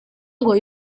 ngo